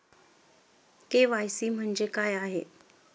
KYC म्हणजे काय आहे?